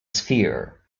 sphere